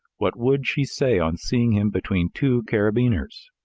what would she say on seeing him between two carabineers?